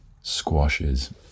Squashes